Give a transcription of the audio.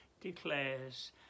declares